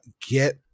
get